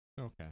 Okay